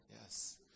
Yes